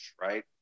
right